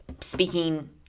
speaking